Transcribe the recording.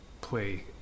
play